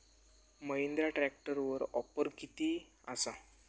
महिंद्रा ट्रॅकटरवर ऑफर किती आसा?